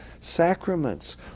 sacraments